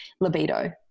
libido